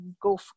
go